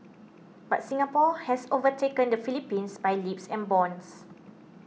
but Singapore has overtaken the Philippines by leaps and bounds